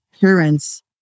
parents